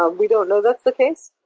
ah we don't know that's the case,